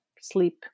sleep